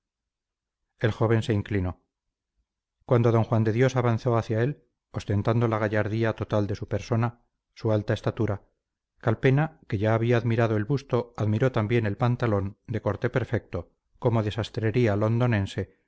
el joven se inclinó cuando d juan de dios avanzó hacia él ostentando la gallardía total de su persona su alta estatura calpena que ya había admirado el busto admiró también el pantalón de corte perfecto como de sastrería